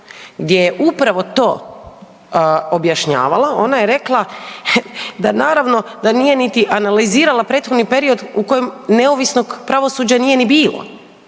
gdje je upravo to objašnjavala, ona je rekla da naravno da nije niti analizirala prethodni period u kojem neovisnog pravosuđa nije ni bilo,